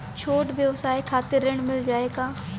छोट ब्योसाय के खातिर ऋण मिल जाए का?